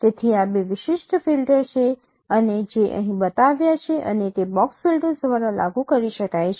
તેથી આ બે વિશિષ્ટ ફિલ્ટર્સ છે અને જે અહીં બતાવ્યા છે અને તે બોક્સ ફિલ્ટર્સ દ્વારા લાગુ કરી શકાય છે